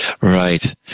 Right